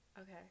Okay